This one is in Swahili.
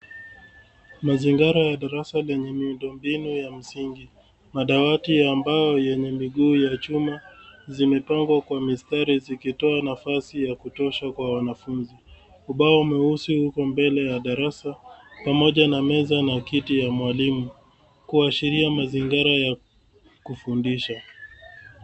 Mazingara ya darasa yenye miundombinu ya msingi. Madawati ya mbao yenye miguu ya chuma zimepangwa kwa mistari zikitoa nafasi ya kutosha kwa wanafunzi. Ubao mweusi upo mbele ya darasa pamoja na meza na kiti ya mwalimu kuashiria mazingara ya kufundisha.